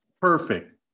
Perfect